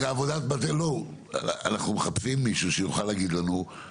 אנחנו מחפשים מישהו שיוכל להגיד לנו,